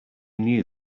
knew